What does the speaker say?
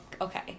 okay